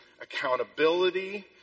accountability